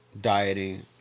dieting